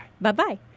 Bye-bye